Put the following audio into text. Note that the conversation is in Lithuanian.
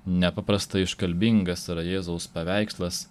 nepaprastai iškalbingas yra jėzaus paveikslas